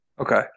Okay